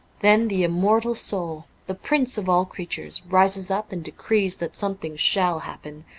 then the immortal soul, the prince of all creatures, rises up and decrees that something shall happen,